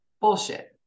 Bullshit